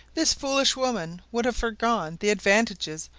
this foolish woman would have forgone the advantages,